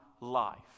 life